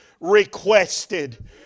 requested